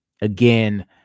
Again